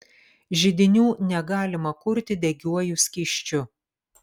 židinių negalima kurti degiuoju skysčiu